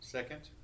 Second